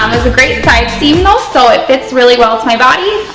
a great side seam though, so it fits really well to my body.